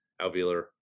alveolar